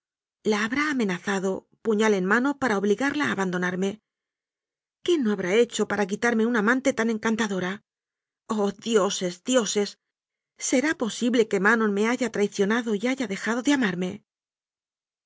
la habrá amenazado puñal en mano para obli garla a abandonarme qué no habrá hecho para quitarme una amante tan encantadora oh dio ses dioses será posible que manon me haya traicionado y haya dejado de amarme